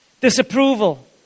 Disapproval